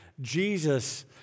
Jesus